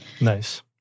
Nice